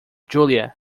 julia